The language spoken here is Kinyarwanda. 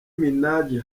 minaji